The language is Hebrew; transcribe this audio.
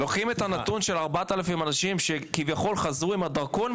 לוקחים את הנתון של 4,000 אנשים שכביכול חזרו עם הדרכון,